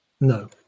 no